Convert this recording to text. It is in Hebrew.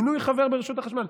מינוי חבר ברשות החשמל.